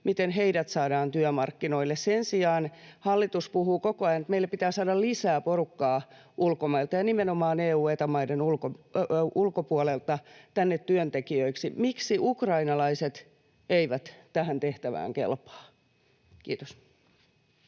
miten heidät saadaan työmarkkinoille. Sen sijaan hallitus puhuu koko ajan, että meille pitää saada lisää porukkaa ulkomailta ja nimenomaan EU- ja Eta-maiden ulkopuolelta tänne työntekijöiksi. Miksi ukrainalaiset eivät tähän tehtävään kelpaa? — Kiitos.